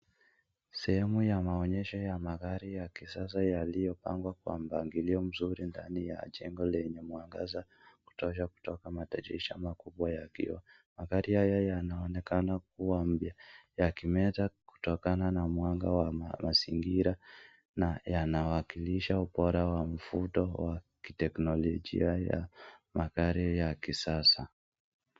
Sehemu ya maonyesho ya magari ya kisasa yaliyopangwa kwa mpangilio mzuri ndani ya jengo lenye mwangaza ya kutosha yakitoka kwa madirisha makubwa ya kioo. Magari hayo yanaonekana kuwa mpya yakimeta kutokana na mwanga wa mazingira na yanawakilisha ubora wa mvuto wa kiteknologia ya magari ya kisasa.